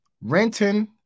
Renting